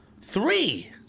Three